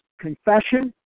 confession